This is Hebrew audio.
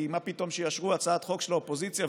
כי מה פתאום שיאשרו הצעת חוק של האופוזיציה,